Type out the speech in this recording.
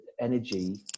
energy